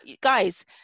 Guys